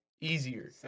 easier